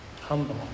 humble